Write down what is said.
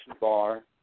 bar